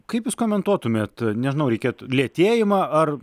kaip jūs komentuotumėt nežinau reikėtų lėtėjimą ar